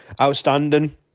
outstanding